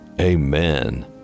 Amen